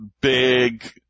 big